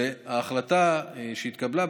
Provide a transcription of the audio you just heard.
ההחלטה שהתקבלה,